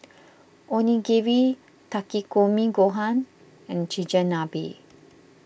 Onigiri Takikomi Gohan and Chigenabe